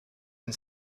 and